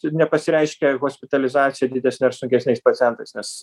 nepasireiškia hospitalizacija didesne ar sunkesniais pacientais nes